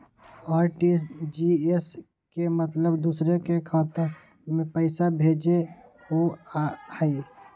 RTGS के मतलब दूसरे के खाता में पईसा भेजे होअ हई?